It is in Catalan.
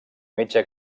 metge